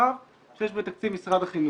רב של תכניות שיש בתקציב משרד החינוך.